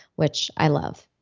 which i love